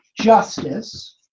justice